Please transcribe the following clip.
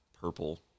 purple